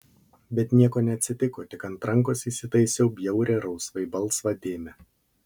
bet nieko neatsitiko tik ant rankos įsitaisiau bjaurią rausvai balsvą dėmę